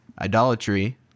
Idolatry